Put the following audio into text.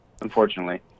unfortunately